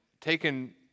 taken